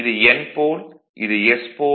இது N போல் இது S போல்